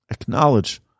Acknowledge